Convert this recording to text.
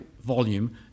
volume